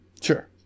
Sure